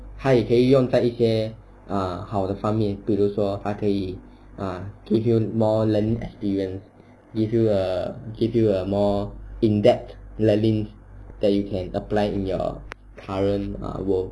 他也可以用在一些 uh 好的方面比如说他可以 err to gain more learning experience give you uh give you a more in depth learning that you can apply in your current uh world